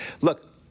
Look